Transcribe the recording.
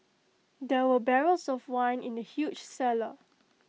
there were barrels of wine in the huge cellar